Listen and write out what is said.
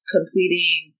Completing